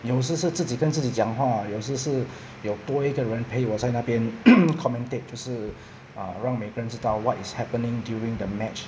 有时是自己跟自己讲话有时是 有多一个人陪我在那边 commentate 就是 err 让每个人知道 what is happening during the match